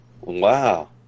Wow